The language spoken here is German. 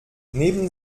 neben